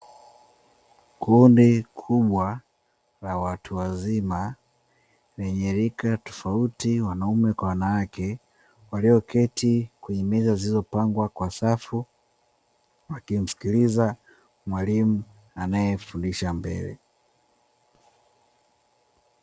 Kundi kubwa la watu wazima lenye rika tofauti wanaume kwa wanawake walioketii kwenye meza zilizopangwa kwa safu, wakimsikiliza mwalimu anayefundisha mbele.